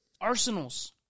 arsenals